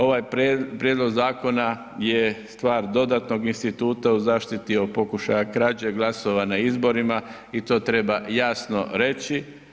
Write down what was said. Ovaj prijedlog zakona je stvar dodatnog instituta u zaštiti od pokušaja krađe glasova na izborima i to treba jasno reći.